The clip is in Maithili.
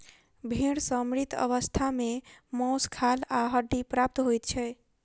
भेंड़ सॅ मृत अवस्था मे मौस, खाल आ हड्डी प्राप्त होइत छै